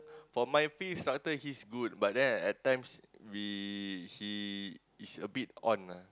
for my field instructor he's good but then at times we he he's a bit on ah